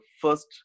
first